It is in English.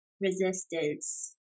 resistance